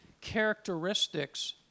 characteristics